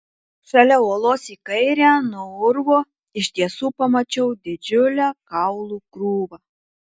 šalia uolos į kairę nuo urvo iš tiesų pamačiau didžiulę kaulų krūvą